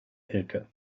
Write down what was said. elke